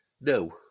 no